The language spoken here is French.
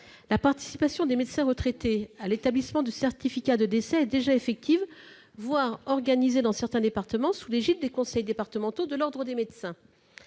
La participation des médecins retraités à l'établissement de certificats de décès est déjà effective, voire organisée dans certains départements, sous l'égide des conseils départementaux de l'ordre des médecins.